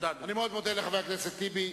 אני מאוד מודה לחבר הכנסת טיבי.